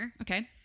Okay